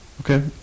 Okay